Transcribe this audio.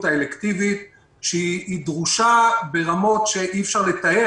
האלקטיבית שדרושה ברמות שאי אפשר לתאר.